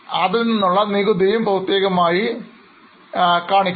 അതിൽനിന്നുള്ള നികുതിയും പ്രത്യേകം കാണിക്കണം